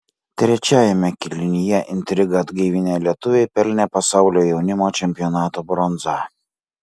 trečiajame kėlinyje intrigą atgaivinę lietuviai pelnė pasaulio jaunimo čempionato bronzą